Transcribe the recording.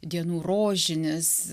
dienų rožinis